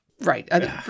Right